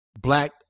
black